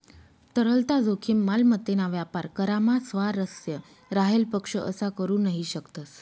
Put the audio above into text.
तरलता जोखीम, मालमत्तेना व्यापार करामा स्वारस्य राहेल पक्ष असा करू नही शकतस